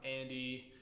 Andy